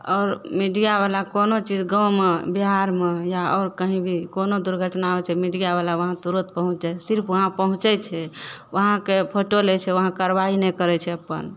आओर मीडियावला कोनो चीज गाँवमे बिहारमे या आओर कहींं भी कोनो दुर्घटना होइ छै मीडियावला वहाँ तुरत पहुँच जाइ छै सिर्फ वहाँ पहुँचय छै वहाँके फोटो लै छै वहाँ कारवाई नहि करय छै अपन